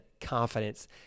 confidence